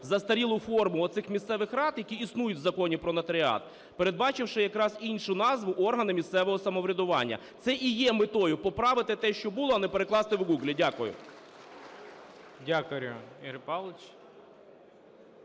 застарілу форму оцих місцевих рад, які існують в Законі "Про нотаріат", передбачивши якраз іншу назву – органи місцевого самоврядування. Це і є метою – поправити те, що було, а не перекласти в Google. Дякую. ГОЛОВУЮЧИЙ. Дякую, Ігор Павлович.